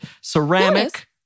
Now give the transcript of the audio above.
ceramic